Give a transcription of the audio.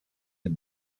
the